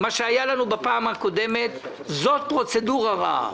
מה שהיה לנו בפעם הקודמת זו פרוצדורה רעה.